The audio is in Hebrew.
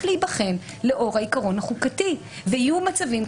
להיבחן לאור העיקרון החוקתי ויהיו מצבים,